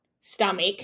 stomach